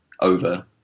over